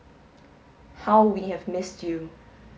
how we have missed you